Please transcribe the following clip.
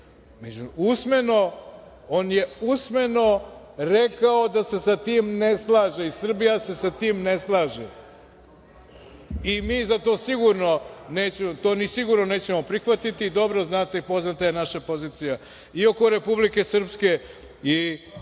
tačno, ali on je usmeno rekao da se sa tim ne slaže i Srbija se sa tim ne slaže i to sigurno nećemo prihvatiti. Dobro znate, poznata je naša pozicija i oko Republike Srpske i oko